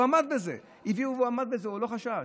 הוא עמד בזה, הוא לא חשד.